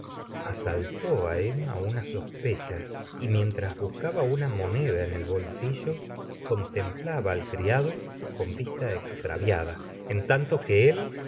asaltó á emma una sospecha y mientras busca ba una moneda en su belsillo contemplaba al criado con vista extraviada en tanto que él